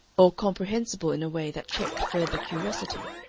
or comprehensible in a way that checked further curiosity,